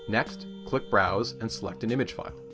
next, click browse, and select an image file.